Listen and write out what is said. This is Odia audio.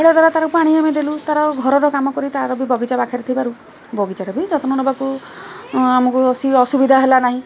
ଓଡ଼ିଆ ଦ୍ୱାରା ତାର ପାଣି ଆମେ ଦେଲୁ ତାର ଘରର କାମ କରି ତାର ବି ବଗିଚା ପାଖରେ ଥିବାରୁ ବଗିଚାରେ ବି ଯତ୍ନ ନବାକୁ ଆମକୁ ସେ ଅସୁବିଧା ହେଲା ନାହିଁ